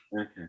Okay